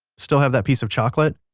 still have that piece of chocolate?